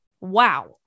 wow